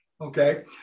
okay